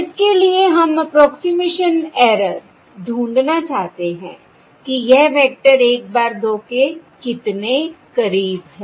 इसके लिए हम अप्रोक्सिमेशन ऐरर ढूंढना चाहते हैं कि यह वेक्टर 1 bar 2 के कितने करीब है